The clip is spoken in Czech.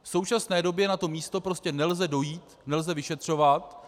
V současné době na to místo prostě nelze dojít, nelze vyšetřovat.